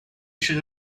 should